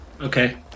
Okay